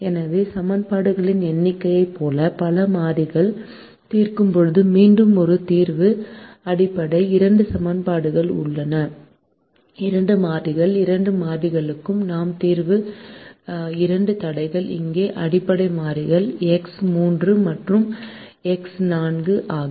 எனவே சமன்பாடுகளின் எண்ணிக்கையைப் போல பல மாறிகள் தீர்க்கும்போது மீண்டும் ஒரு தீர்வு அடிப்படை இரண்டு சமன்பாடுகள் உள்ளன இரண்டு மாறிகள் இரண்டு மாறிகளுக்கு நாம் தீர்க்கும் இரண்டு தடைகள் இங்கே அடிப்படை மாறிகள் எக்ஸ் 3 மற்றும் எக்ஸ் 4 ஆகும்